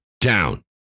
down